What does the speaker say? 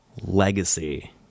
Legacy